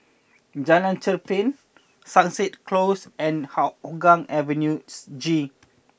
Jalan Cherpen Sunset Close and Hougang Avenue G